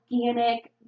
organic